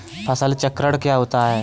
फसल चक्रण क्या होता है?